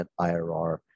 IRR